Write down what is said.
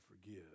forgive